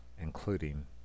including